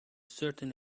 certain